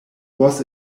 was